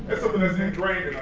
and something that's ingrained